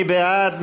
מי בעד?